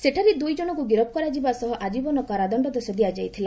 ସେଠାରେ ଦୁଇ ଜଣଙ୍କୁ ଗିରଫ କରାଯିବା ସହ ଆଜ୍ଞୀବନ କାରାଦଣ୍ଡାଦେଶ ଦିଆଯାଇଥିଲା